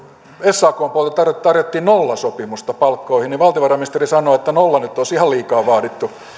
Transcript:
sakn puolelta tarjottiin nollasopimusta palkkoihin niin valtiovarainministeri sanoi että nolla nyt olisi ihan liikaa vaadittu